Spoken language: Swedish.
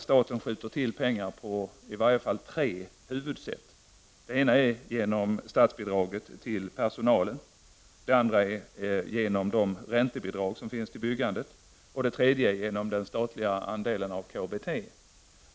Staten skjuter till pengar på i huvudsak tre sätt — genom statsbidrag till personalen, genom räntebidrag till byggandet och genom den statliga andelen i KBT.